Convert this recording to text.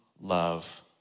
love